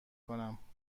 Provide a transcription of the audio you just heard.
کنم